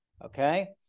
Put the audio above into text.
Okay